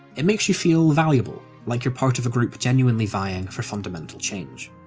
it makes you feel valuable, like you're part of a group genuinely vying for fundamental change.